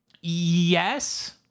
yes